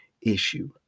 issue